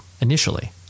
initially